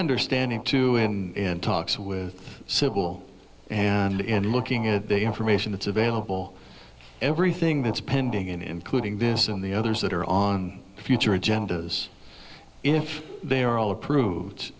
understanding too in talks with civil and looking at the information that's available everything that's pending in including this and the others that are on future agendas if they are all approved